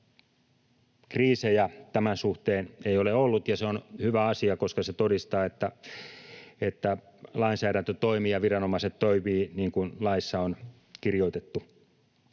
kriisejä tämän suhteen ei ole ollut, ja se on hyvä asia, koska se todistaa, että lainsäädäntö toimii ja viranomaiset toimivat niin kuin laissa on kirjoitettu.